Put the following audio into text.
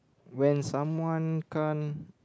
when someone can't